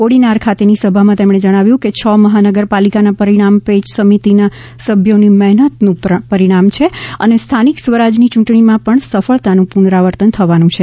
કોડીનાર ખાતેની સભામાં તેમણે જણાવ્યુ હતું કે છ મહાનગરપાલિકાના પરિણામ પેજ સમિતિના સભ્યોની મહેનતનું પરિણામ છે અને સ્થાનિક સ્વરાજની યૂંટણીમાં પણ સફળતાનું પુનરાવર્તન થવાનું છે